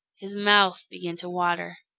his mouth began to water.